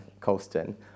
Colston